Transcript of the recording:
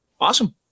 Awesome